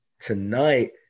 tonight